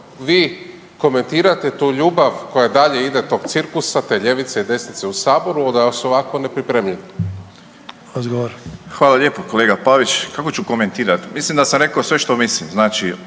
vi komentirate tu ljubav koja dalje ide, tog cirkusa, te ljevice i desnice u saboru da su ovako nepripremljeni. **Borić, Josip (HDZ)** Hvala lijepo kolega Pavić. Kako ću komentirati? Mislim da sam rekao sve što mislim.